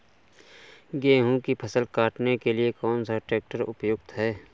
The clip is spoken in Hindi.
गेहूँ की फसल काटने के लिए कौन सा ट्रैक्टर उपयुक्त है?